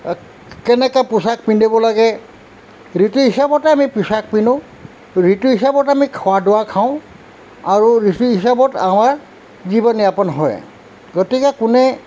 কেনেকা পোচাক পিন্ধিব লাগে ঋতুৰ হিচাপতে আমি পোচাক পিন্ধো ঋতু হিচাপত আমি খোৱা দোৱা খাওঁ আৰু ঋতু হিচাপত আমাৰ জীৱন যাপন হয় গতিকে কোনে